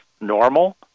normal